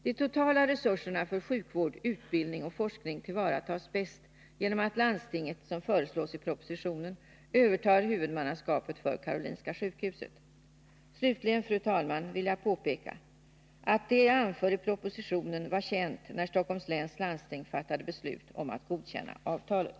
De totala resurserna för sjukvård, utbildning och forskning tillvaratas bäst genom att landstinget, såsom föreslås i propositionen, övertar huvudmannaskapet för Karolinska sjukhuset. Slutligen, fru talman, vill jag påpeka att det jag anför i propositionen var känt när Stockholms läns landsting fattade beslut om att godkänna avtalet.